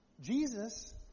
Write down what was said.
Jesus